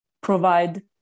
provide